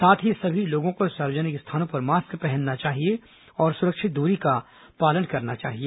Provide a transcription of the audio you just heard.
साथ ही सभी लोगों को सार्वजनिक स्थानों पर मास्क पहनना चाहिए और सुरक्षित दूरी का पालन करना चाहिए